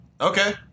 Okay